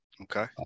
Okay